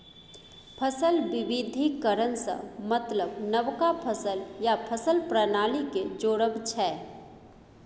फसल बिबिधीकरण सँ मतलब नबका फसल या फसल प्रणाली केँ जोरब छै